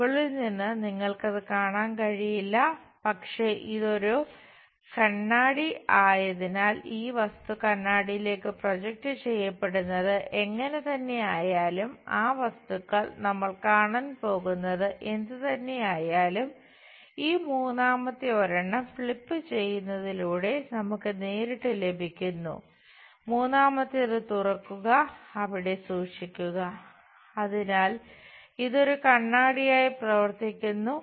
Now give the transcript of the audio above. മുകളിൽ നിന്ന് നിങ്ങൾക്ക് അത് കാണാൻ കഴിയില്ല പക്ഷേ ഇത് ഒരു കണ്ണാടി ആയതിനാൽ ഈ വസ്തു കണ്ണാടിയിലേക്കു പ്രൊജക്റ്റ് ചെയ്യുന്നതിലൂടെ നമുക്ക് നേരിട്ട് ലഭിക്കുന്നു മൂന്നാമത്തേത് തുറക്കുക അവിടെ സൂക്ഷിക്കുക അതിനാൽ ഇത് ഒരു കണ്ണാടിയായി പ്രവർത്തിക്കുന്നു